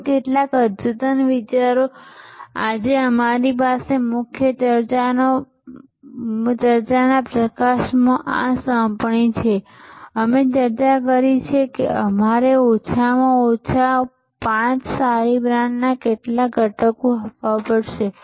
અને કેટલાક અદ્યતન વિચારો આજે અમારી મુખ્ય ચર્ચા મુદ્દાઓના પ્રકાશમાં આ સોંપણી છે અમે ચર્ચા કરી છે કે તમારે મને ઓછામાં ઓછા 5 સારી બ્રાન્ડના કેટલાક ઘટકો આપવા પડશે